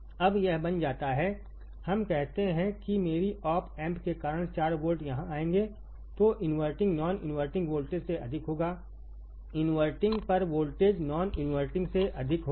अब यह बन जाता हैहम कहते हैं कि मेरी ऑप एम्प के कारण 4 वोल्ट यहां आएंगे तो इनवर्टिंग नॉन इनवर्टिंग वोल्टेज से अधिक होगाइनवर्टिंग पर वोल्टेज नॉन इनवर्टिंग से अधिक होगा